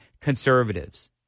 conservatives